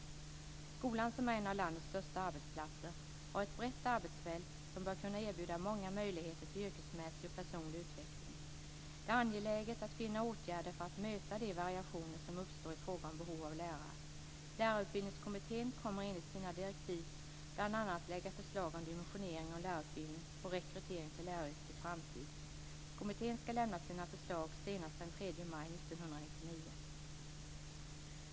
Skolan, som är en av landets största arbetsplatser, har ett brett arbetsfält som bör kunna erbjuda många möjligheter till yrkesmässig och personlig utveckling. Det är angeläget att finna åtgärder för att möta de variationer som uppstår i fråga om behov av lärare. Lärarutbildningskommittén kommer enligt sina direktiv bl.a. att lägga förslag om dimensionering av lärarutbildningen och rekrytering till läraryrket i framtiden. Kommittén skall lämna sina förslag senast den 3 maj 1999.